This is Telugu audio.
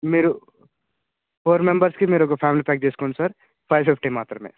మీరు ఫోర్ మెంబెర్స్కి మీరు ఒక ఫ్యామిలీ ప్యాక్ తీసుకోండి సార్ ఫైవ్ ఫిఫ్టీ మాత్రమే